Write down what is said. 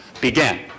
began